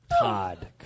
Todd